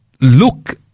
look